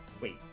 Wait